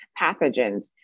pathogens